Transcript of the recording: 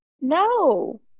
No